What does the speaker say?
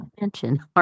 mention